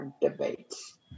Debates